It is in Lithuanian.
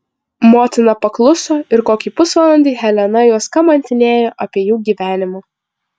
motina pakluso ir kokį pusvalandį helena juos kamantinėjo apie jų gyvenimą